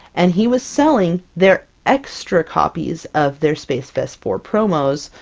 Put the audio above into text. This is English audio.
and he was selling their extra copies of their spacefest four promos!